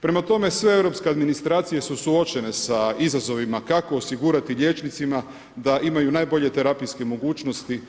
Prema tome sve europske administracije su suočene sa izazovima kako osigurati liječnicima da imaju najbolje terapijske mogućnosti